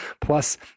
Plus